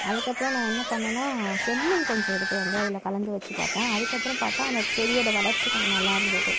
அதுக்கப்புறம் நான் என்ன பண்ணேன்னா செம்மண் கொஞ்சம் எடுத்துட்டு வந்து அதில் கலந்து வச்சு பார்த்தேன் அதுக்கப்புறம் அந்த செடியோட வளர்ச்சி கொஞ்சம் நல்லா இருந்தது